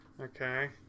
Okay